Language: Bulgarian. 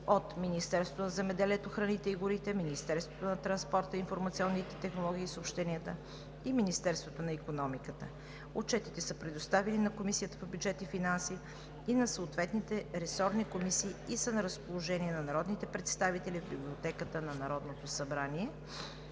от Министерството на земеделието, храните и горите, Министерството на транспорта, информационните технологии и съобщенията и Министерството на икономиката. Отчетите са предоставени на Комисията по бюджет и финанси и на съответните ресорни комисии и са на разположение на народните представители в Библиотеката на Народното събрание.